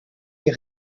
est